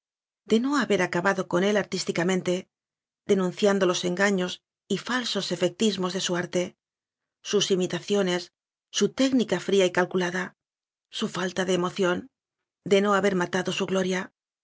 de no haber acabado con él artísticamente denunciando dos engaños y falsos efectismos de su arte sus imitaciones su técnica fría y calculada su falta de emoción de no haber matado su gloria